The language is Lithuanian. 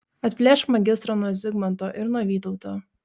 atplėšk magistrą nuo zigmanto ir nuo vytauto